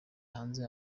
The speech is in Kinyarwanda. hanze